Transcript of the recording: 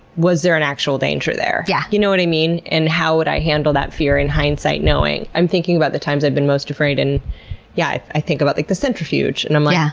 was there an actual danger there? yeah you know what i mean? and how would i handle that fear in hindsight knowing, i'm thinking about the times i've been most afraid and yeah, i think about like the centrifuge and i'm like, yeah